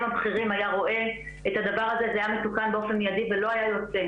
הבכירים היה רואה את הדבר הזה זה היה מסוכל באופן מידי ולא היה יוצא,